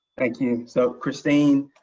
thank you. so christine,